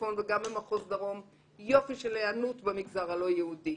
צפון וגם במחוז דרום יופי של היענות במגזר הלא יהודי,